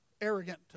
arrogant